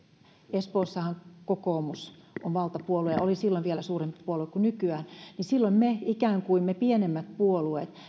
espoossahan kokoomus on valtapuolue oli silloin vielä suurempi puolue kuin nykyään ja me pienemmät puolueet